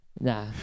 Nah